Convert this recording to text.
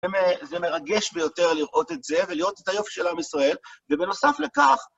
זה מרגש ביותר לראות את זה, ולראות את היופי של עם ישראל, ובנוסף לכך,